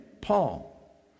Paul